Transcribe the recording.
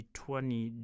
twenty